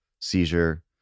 seizure